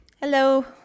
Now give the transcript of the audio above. hello